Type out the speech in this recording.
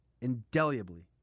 indelibly